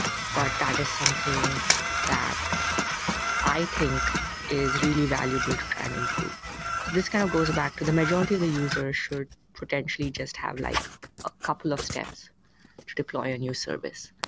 but that is something that i think is really valuable to try and improve. so this kind of goes back to the majority of the users should potentially just have like a couple of steps to deploy a new service.